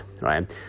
right